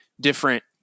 different